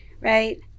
right